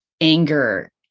anger